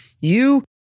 you-